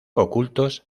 ocultos